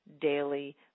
daily